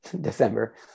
December